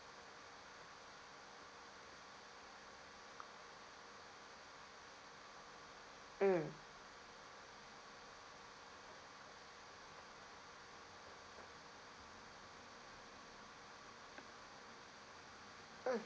mm mm